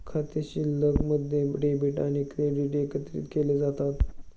खाते शिल्लकमध्ये डेबिट आणि क्रेडिट एकत्रित केले जातात का?